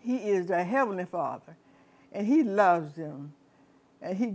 he is the heavenly father and he loves them and he